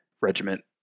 regiment